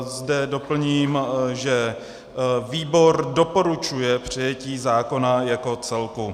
Zde doplním, že výbor doporučuje přijetí zákona jako celku.